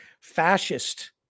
fascist